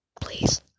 Please